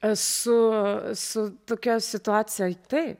esu su tokioj situacijoj taip